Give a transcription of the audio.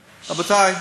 רבותי,